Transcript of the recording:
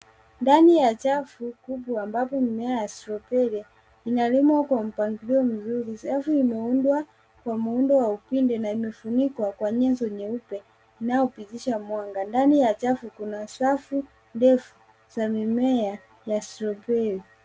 Ndani ya chafu kubwa ambapo mimea ya strawberry inalimwa kwa mpangilio mzuri, safu imeundwa kwa muundo wa mpindo na imefunikwa kwa nyunzo nyeupe inaopitisha mwanga, ndani ya chafu kuna safu ndefu za mimea ya strawberry .